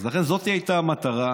אז לכן, זאת הייתה המטרה.